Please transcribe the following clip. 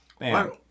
man